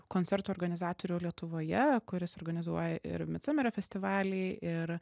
koncerto organizatorių lietuvoje kuris organizuoja ir midsamerio festivalį ir